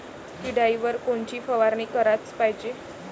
किड्याइवर कोनची फवारनी कराच पायजे?